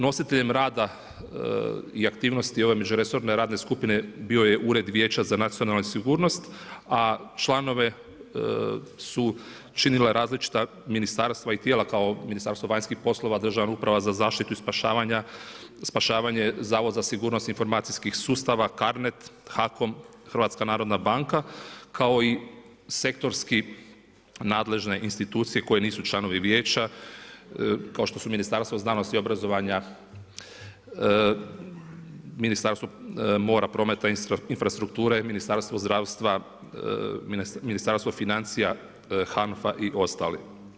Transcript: Nositeljem rada i aktivnosti ove međuresorne radne skupine bio je ured Vijeća za nacionalnu sigurnost, a članove su činile različita ministarstva i tijela kao Ministarstvo vanjskih poslova, Državna uprava za zaštitu i spašavanje, Zavod za sigurnost informacijskih sustava, CARNET, HAKOM, HNB, kao i sektorski nadležne institucije koje nisu članovi vijeća, kao što su Ministarstvo znanosti, obrazovanja, Ministarstvo mora, prometa, infrastrukture, Ministarstvo zdravstva, Ministarstvo financija, HANFA i ostali.